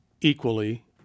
equally